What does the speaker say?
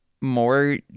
more